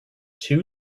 two